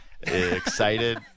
Excited